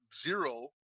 zero